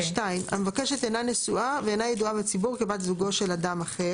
(2) המבקשת אינה נשואה ואינה ידוע בציבור כבת זוגו של אדם אחר,